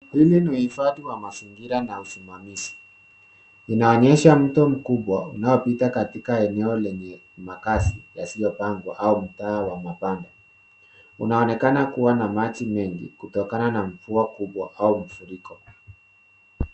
Hili ni uhifadhi wa mazingira na usimamizi. Inaonyesha mto mkubwa unaopita katika eneo lenye makazi yasiyopangwa au mtaa wa mabanda. Unaonekana kuwa na maji mengi kutokana na mvua kubwa au mfuriko.